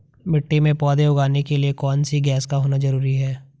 मिट्टी में पौधे उगाने के लिए कौन सी गैस का होना जरूरी है?